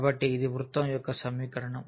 కాబట్టి ఇది వృత్తం యొక్క సమీకరణం